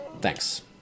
Thanks